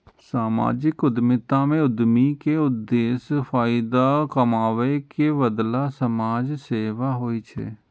सामाजिक उद्यमिता मे उद्यमी के उद्देश्य फायदा कमाबै के बदला समाज सेवा होइ छै